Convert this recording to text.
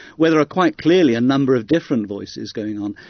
where there are quite clearly a number of different voices going on.